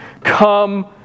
come